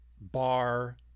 bar